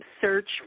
search